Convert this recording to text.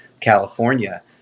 California